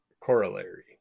Corollary